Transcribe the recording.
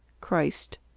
Christ